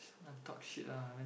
talk shit lah I mean